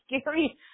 scary